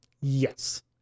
Yes